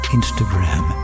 Instagram